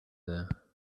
her